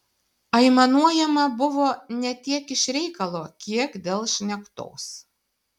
aimanuojama buvo ne tiek iš reikalo kiek dėl šnektos